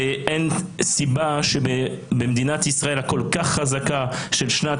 ואין סיבה שבמדינת ישראל הכול כך חזקה של שנת